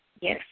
Yes